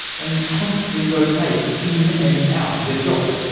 and constantly rotate in and out of their jobs.